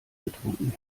getrunken